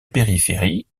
périphérie